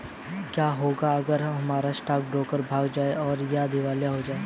क्या होगा अगर हमारा स्टॉक ब्रोकर भाग जाए या दिवालिया हो जाये?